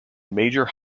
major